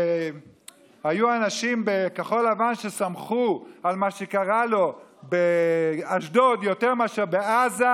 שהיו אנשים בכחול לבן ששמחו על מה שקרה לו באשדוד יותר מאשר עזה,